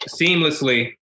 seamlessly